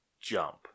jump